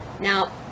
Now